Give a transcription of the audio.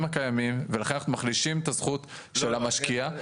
הקיימים ולכן אנחנו מחלישים את הזכות של המשקיע,